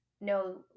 no